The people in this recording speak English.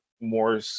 more